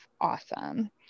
awesome